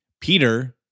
Peter